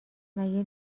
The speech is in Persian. مگه